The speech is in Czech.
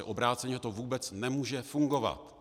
Obráceně to vůbec nemůže fungovat.